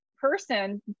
person